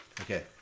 Okay